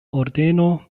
ordeno